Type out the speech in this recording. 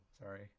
sorry